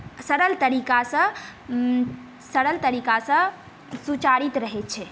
सड़ल तरीकासँ सड़ल तरीकासँ सुचारित रहै छै